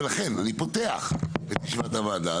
אני פותח את ישיבת הוועדה.